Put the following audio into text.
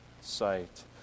site